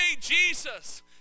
Jesus